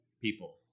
people